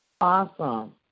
Awesome